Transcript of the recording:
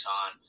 on